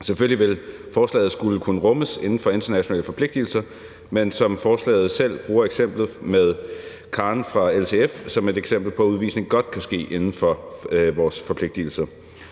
Selvfølgelig vil forslaget skulle kunne rummes inden for internationale forpligtigelser. Forslaget selv bruger eksemplet med Khan fra LTF som et eksempel på, at udvisning godt kan ske inden for vores forpligtigelser.